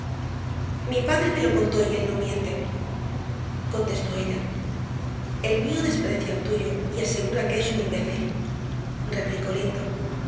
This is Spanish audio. cierto m padre me lo contó y él no miente contestó ella el mío desprecia al tuyo y asegura que es un imbécil replicó linton